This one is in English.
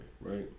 right